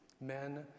Men